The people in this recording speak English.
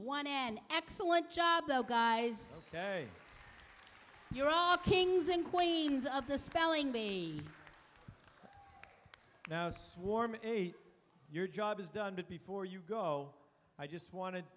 one and excellent job though guys ok you're all kings and queens of the spelling bee now swarm eight your job is done but before you go i just wanted